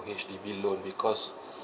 H_D_B loan because